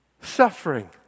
suffering